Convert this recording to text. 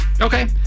Okay